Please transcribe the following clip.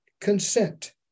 consent